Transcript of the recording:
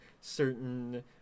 certain